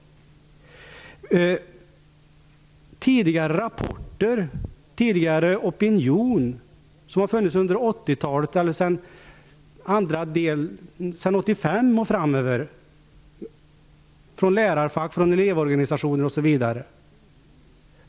Statsrådet tar ju inte till sig tidigare rapporter och den opinion som har funnits från 1985 och framöver från lärarfack, elevorganisationer osv.